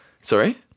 Sorry